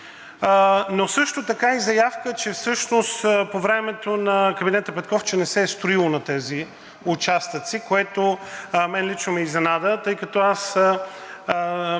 но също така и заявка, че всъщност по времето на кабинета Петков, че не се е строило на тези участъци, което мен лично ме изненада, тъй като –